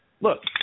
look